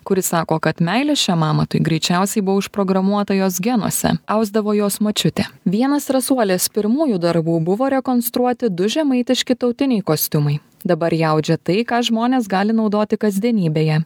kuri sako kad meilė šiam amatui greičiausiai buvo užprogramuota jos genuose ausdavo jos močiutė vienas rasuolės pirmųjų darbų buvo rekonstruoti du žemaitiški tautiniai kostiumai dabar ji audžia tai ką žmonės gali naudoti kasdienybėje